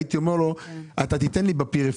הייתי אומר לו שהוא ייתן לי בפריפריה